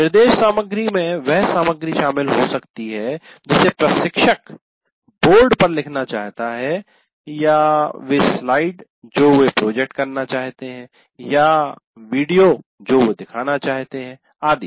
निर्देश सामग्री में वह सामग्री शामिल हो सकती है जिसे प्रशिक्षक बोर्ड पर लिखना चाहता है या वे स्लाइड जो वे प्रोजेक्ट करना चाहते हैं या वीडियो जो वे दिखाना चाहते हैं आदि